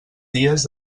dies